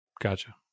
Gotcha